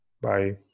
bye